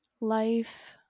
Life